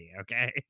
okay